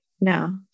no